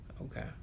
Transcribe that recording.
Okay